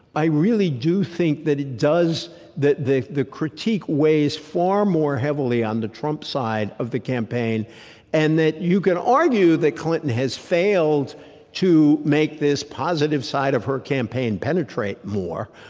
i really do think that it does the the critique weighs far more heavily on the trump side of the campaign and that you can argue that clinton has failed to make this positive side of her campaign penetrate more.